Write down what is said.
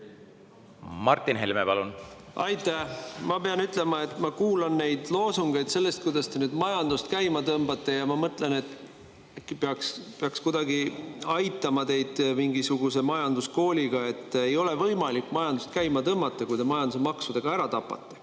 Martin Helme, palun! Aitäh! Ma pean ütlema, et ma kuulan neid loosungeid sellest, kuidas te majandust käima tõmbate, ja mõtlen, et äkki peaks teid kuidagi aitama mingisuguse majanduskooliga. Ei ole võimalik majandust käima tõmmata, kui te majanduse maksudega ära tapate.